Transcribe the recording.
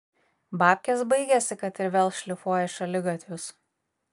babkės baigėsi kad ir vėl šlifuoji šaligatvius